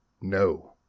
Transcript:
No